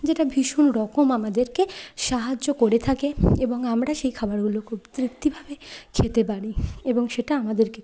যেটা ভীষণ রকম আমাদেরকে সাহায্য করে থাকে এবং আমরা সেই খাবারগুলো খুব তৃপ্তিভাবে খেতে পারি এবং সেটা আমাদেরকে খুব